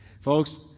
Folks